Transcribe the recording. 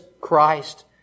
Christ